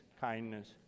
kindness